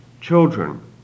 children